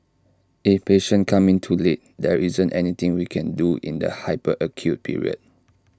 if patients come in too late there isn't anything we can do in the hyper acute period